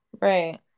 Right